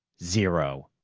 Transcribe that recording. zero!